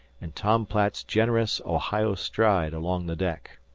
and tom platt's generous ohio stride along the deck.